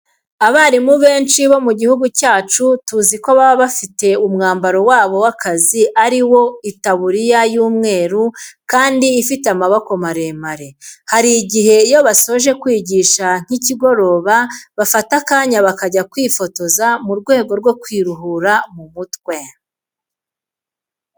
Abarimu benshi bo mu gihugu cyacu tuzi ko baba bafite umwambaro wabo w'akazi ari wo itaburiya y'umweru kandi ifite amaboko maremare. Hari igihe iyo basoje kwigisha nk'ikigoroba bafata akanya bakajya kwifotoza mu rwego rwo kwiruhura mu mutwe.